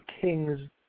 Kings